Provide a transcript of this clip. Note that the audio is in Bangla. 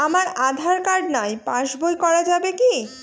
আমার আঁধার কার্ড নাই পাস বই করা যাবে কি?